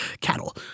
cattle